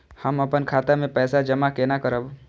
हम अपन खाता मे पैसा जमा केना करब?